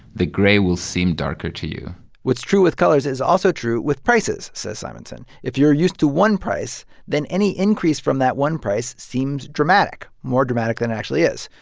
the gray will seem darker to you what's true with colors is also true with prices, says simonsohn. if you're used to one price, then any increase from that one price seems dramatic, more dramatic than it actually is.